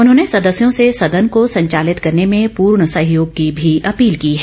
उन्होंने सदस्यों से सदन को संचालित करने में पूर्ण सहयोग की भी अपील की है